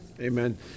Amen